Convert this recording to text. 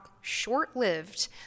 short-lived